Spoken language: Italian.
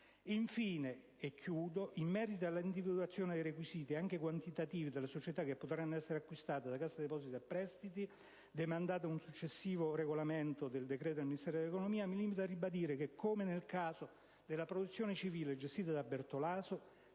e Colaninno. In merito all'individuazione dei requisiti, anche quantitativi, delle società che potranno essere acquistate da Cassa depositi e prestiti, demandata a un successivo regolamento del Ministro dell'economia, mi limito a ribadire che, come nel caso della Protezione civile gestita da Bertolaso,